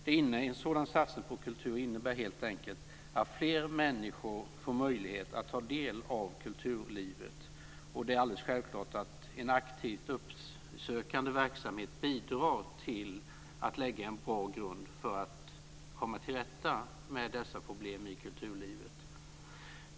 En sådan satsning på kultur innebär helt enkelt att fler människor får möjlighet att ta del av kulturlivet. Det är alldeles självklart att en aktivt uppsökande verksamhet bidrar till att lägga en bra grund för att komma till rätta med dessa problem i kulturlivet.